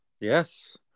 Yes